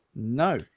No